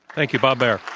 thank you, bob baer.